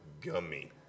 gummy